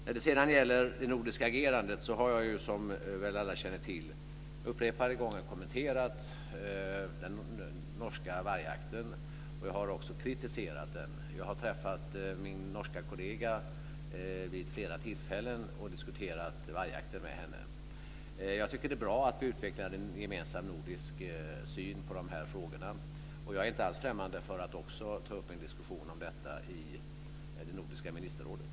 När det sedan gäller det nordiska agerandet har jag som väl alla känner till upprepade gånger kommenterat den norska vargjakten, och jag har också kritiserat den. Jag har träffat min norska kollega vid flera tillfällen och diskuterat vargjakten med henne. Jag tycker att det är bra att vi utvecklar en gemensam nordisk syn på dessa frågor. Och jag är inte alls främmande för att också ta upp en diskussion om detta i det nordiska ministerrådet.